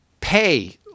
pay